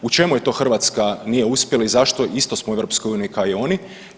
U čemu je to Hrvatska nije uspjela i zašto, isto smo u EU kao i oni?